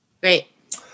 Great